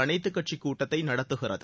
அனைத்துக் கட்சிக் கூட்டத்தை நடத்துகிறது